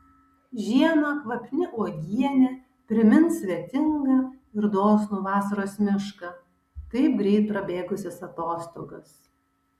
žiemą kvapni uogienė primins svetingą ir dosnų vasaros mišką taip greit prabėgusias atostogas